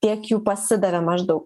tiek jų pasidavė maždaug